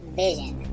vision